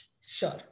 Sure